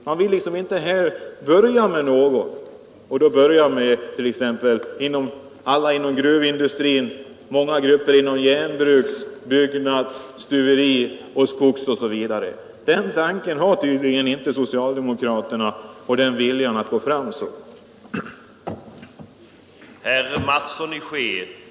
Man vill inte börja med något; man skulle ju kunna börja med att alla inom gruvindustrin och många grupper inom järnbruk, byggnadsarbete, stuveri, skogsbruk osv. kunde få något. Den tanken har tydligen inte socialdemokraterna. Där saknas viljan att gå fram på det sättet.